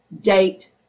date